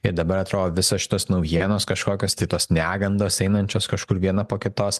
ir dabar atrodo visos šitos naujienos kažkokios tai tos negandos einančios kažkur viena po kitos